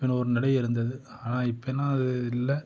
அப்படின்னு ஒரு நடை இருந்தது ஆனால் இப்போல்லாம் அது இல்லை